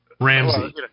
Ramsey